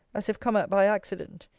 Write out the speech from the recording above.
as if come at by accident,